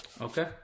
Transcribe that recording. Okay